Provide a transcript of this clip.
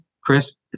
Chris